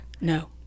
No